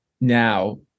now